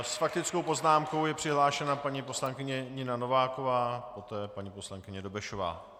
S faktickou poznámkou je přihlášena paní poslankyně Nina Nováková, poté paní poslankyně Dobešová.